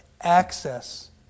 access